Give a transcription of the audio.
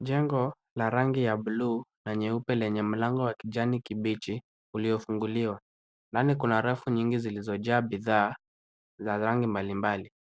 Jengo la rangi ya buluu na nyeupe lenye mlango wa kijani kibichi, uliofunguliwa. Ndani kuna rafu nyingi zilizojaa bidhaa za rangi mbalimbali.